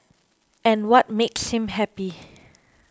and what makes him happy